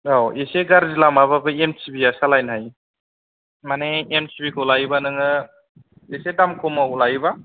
औ इसे गाज्रि लामाबाबो एम सि बि या सालायनो हायो माने एम सि बि खौ लायोबा नोङो इसे दाम खमाव लायोबा